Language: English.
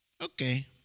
Okay